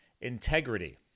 Integrity